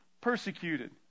persecuted